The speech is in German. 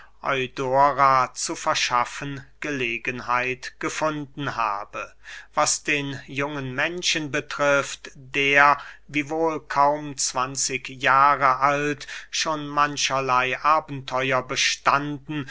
zu verschaffen gelegenheit gefunden habe was den jungen menschen betrifft der wiewohl kaum zwanzig jahre alt schon mancherley abenteuer bestanden